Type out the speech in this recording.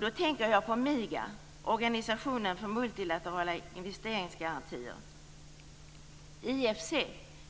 Då tänker jag på IFC,